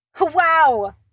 wow